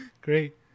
Great